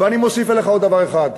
אני מוסיף עוד דבר אחד: